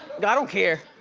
and don't care,